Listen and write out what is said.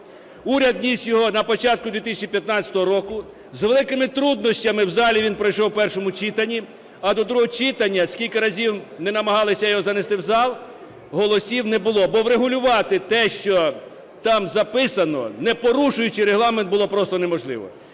Уряд вніс його на початку 2015 року. З великими труднощами в залі він пройшов в першому читанні, а до другого читання, скільки разів не намагалися його занести в зал, голосів не було. Бо врегулювати те, що там записано, не порушуючи Регламент, було просто неможливо.